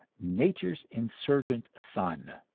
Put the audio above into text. nature's insurgent son.